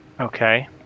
Okay